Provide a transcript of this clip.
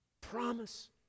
promise